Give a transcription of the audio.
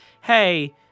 hey